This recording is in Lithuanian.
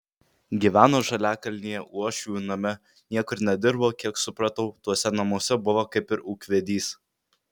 gyveno žaliakalnyje uošvių name niekur nedirbo kiek supratau tuose namuose buvo kaip ir ūkvedys